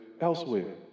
elsewhere